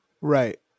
Right